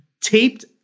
taped